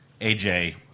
AJ